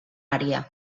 ària